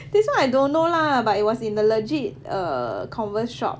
this one I don't know lah but it was in the legit err converse shop